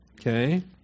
Okay